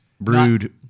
brewed